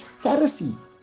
Pharisee